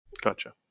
Gotcha